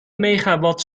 megawatt